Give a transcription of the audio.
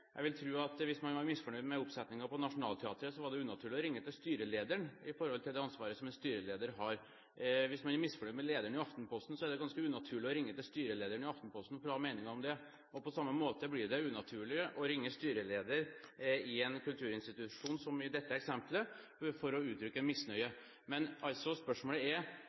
Jeg vil tro at hvis man var misfornøyd med oppsetningen på Nationaltheatret, var det unaturlig å ringe til styrelederen med tanke på det ansvaret som en styreleder har. Hvis man er misfornøyd med lederen i Aftenposten, er det ganske unaturlig å ringe til styrelederen i Aftenposten for å ha meninger om det. På samme måte blir det unaturlig å ringe styreleder i en kulturinstitusjon, som i dette eksempelet, for å uttrykke misnøye. Men spørsmålet er